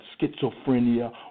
schizophrenia